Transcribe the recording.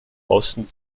osten